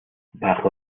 bajo